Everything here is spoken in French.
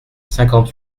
cinquante